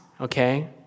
okay